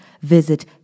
visit